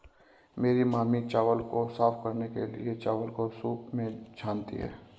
मेरी मामी चावल को साफ करने के लिए, चावल को सूंप में छानती हैं